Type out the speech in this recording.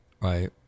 right